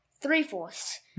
three-fourths